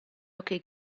occhi